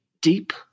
deep